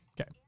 Okay